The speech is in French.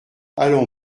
allons